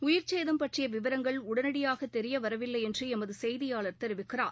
உயிர்ச்சேதம் பற்றியவிவரங்கள் உடனடியாகதெரியவரவில்லைஎன்றுளமதுசெய்தியாளர் தெரிவிக்கிறார்